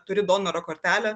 turi donoro kortelę